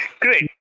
Great